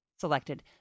selected